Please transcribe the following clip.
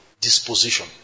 disposition